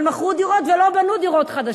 אבל מכרו דירות ולא בנו דירות חדשות.